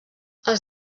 els